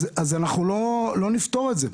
אז אנחנו לא נפתור את זה,